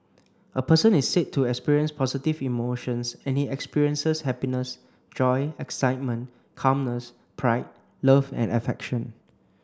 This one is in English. a person is said to experience positive emotions and he experiences happiness joy excitement calmness pride love and affection